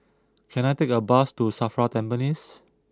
can I take a bus to Safra Tampines